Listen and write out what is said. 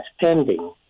pending